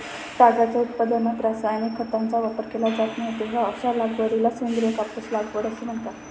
तागाच्या उत्पादनात रासायनिक खतांचा वापर केला जात नाही, तेव्हा अशा लागवडीला सेंद्रिय कापूस लागवड असे म्हणतात